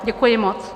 Děkuji moc.